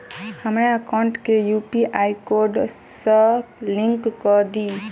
हमरा एकाउंट केँ UPI code सअ लिंक कऽ दिऽ?